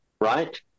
right